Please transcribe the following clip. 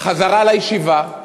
חזרה לישיבה.